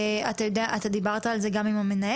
האם דיברת על זה גם עם המנהל?